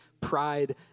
pride